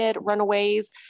runaways